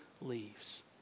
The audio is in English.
leaves